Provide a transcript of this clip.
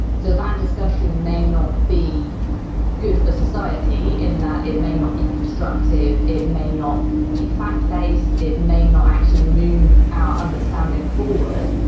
so that discussion may not be good for society in that it may not be constructive, it may not be fact-based, it may not actually move our understanding forward,